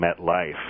MetLife